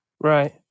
Right